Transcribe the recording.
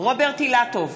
רוברט אילטוב,